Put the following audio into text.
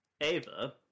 Ava